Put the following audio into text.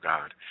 God